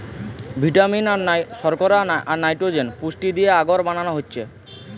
vitamin, শর্করা, আর nitrogen পুষ্টি দিয়ে আগর বানানো হচ্ছে